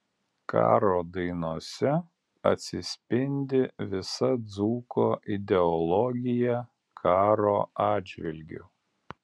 karo dainose atsispindi visa dzūko ideologija karo atžvilgiu